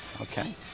Okay